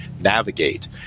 navigate